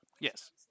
Yes